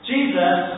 Jesus